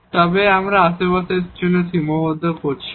এবং আমরা আশেপাশের জন্য সীমাবদ্ধ করছি না